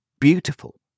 beautiful